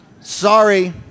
Sorry